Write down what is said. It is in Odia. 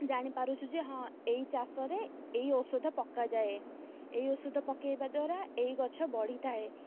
ଜାଣିପାରୁଛୁ ଯେ ହଁ ଏଇ ଚାଷରେ ଏଇ ଔଷଧ ପକାଯାଏ ଏଇ ଔଷଧ ପକେଇବା ଦ୍ୱାରା ଏଇ ଗଛ ବଢ଼ିଥାଏ